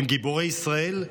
הם גיבורי ישראל,